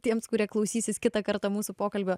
tiems kurie klausysis kitą kartą mūsų pokalbio